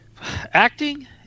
Acting